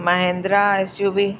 Mahindra S U V